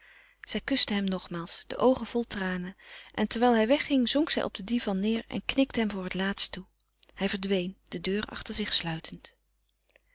zij kuste hem nogmaals de oogen vol tranen en terwijl hij wegging zonk zij op den divan neêr en knikte hem voor het laatst toe hij verdween de deur achter zich sluitend